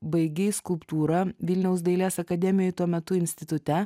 baigei skulptūrą vilniaus dailės akademijoj tuo metu institute